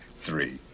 Three